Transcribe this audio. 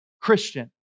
Christian